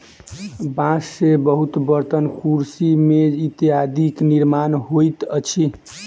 बांस से बहुत बर्तन, कुर्सी, मेज इत्यादिक निर्माण होइत अछि